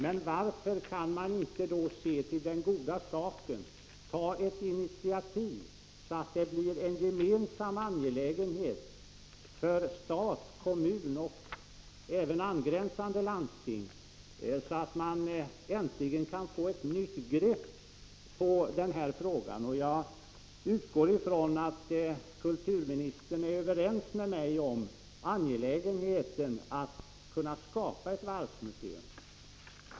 Men varför kan iman inte se till den goda saken och ta ett initiativ så att det blir en gemensam angelägenhet för stat, kommun och även angränsande landsting, så att man äntligen kan få ett nytt grepp på den här frågan? Jag utgår från att kulturministern är överens med mig om det angelägna i att skapa ett varvsmuseum.